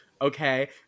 okay